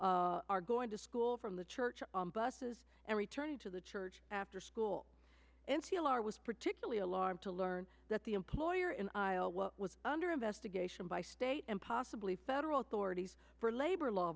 children are going to school from the church buses and returning to the church after school in c l r was particularly alarmed to learn that the employer in iowa was under investigation by state and possibly federal authorities for labor law